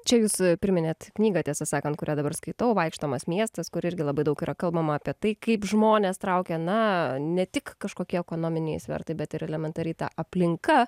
čia jūs priminėt knygą tiesą sakant kurią dabar skaitau vaikštomas miestas kur irgi labai daug yra kalbama apie tai kaip žmones traukia na ne tik kažkokie ekonominiai svertai bet ir elementariai ta aplinka